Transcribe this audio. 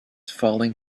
falling